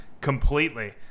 completely